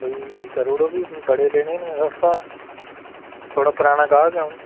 कोई करी ओड़ो भी बड़े लैने न थुआढ़े शा थुआढ़ा पराना गाह्क ऐं अ'ऊं